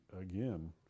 again